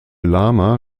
lama